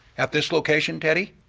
at this location, teddie.